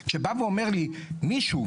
כשבא ואומר לי מישהו,